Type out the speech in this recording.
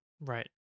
right